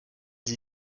sie